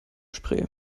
spree